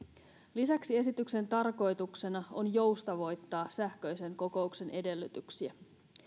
lisäksi esityksen tarkoituksena on joustavoittaa sähköisen kokouksen edellytyksiä